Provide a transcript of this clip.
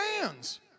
hands